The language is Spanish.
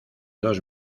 dos